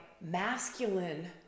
masculine